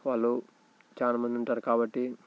వాళ్ళు చాలా మంది ఉంటారు కాబట్టి